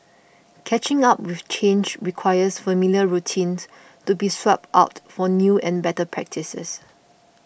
catching up with change requires familiar routines to be swapped out for new and better practices